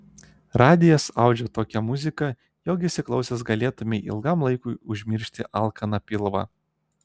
radijas audžia tokią muziką jog įsiklausęs galėtumei ilgam laikui užmiršti alkaną pilvą